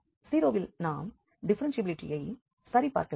0 வில் நாம் டிஃப்ஃபெரென்ஷியபிலிட்டியை சரிபார்க்க வேண்டும்